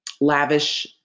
lavish